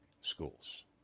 schools